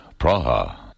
Praha